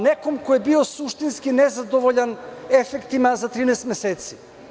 Nekome ko je bio suštinski nezadovoljan efektima za 13 meseci.